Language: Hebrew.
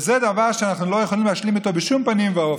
זה דבר שאנחנו לא יכולים להשלים איתו בשום פנים ואופן.